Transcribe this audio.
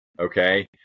okay